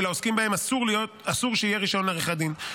שלעוסקים בהם אסור שיהיה רישיון לעריכת דין.